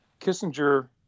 Kissinger